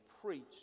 preached